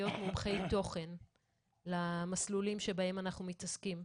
מומחי תוכן למסלולים שבהם אנחנו מתעסקים,